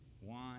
One